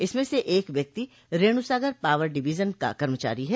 इसमें से एक व्यक्ति रेणुसागर पॉवर डिवीजन का कर्मचारी है